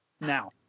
now